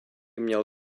měl